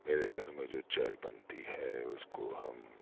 میرے گھر میں جو چائے بنتی ہے اس کو ہم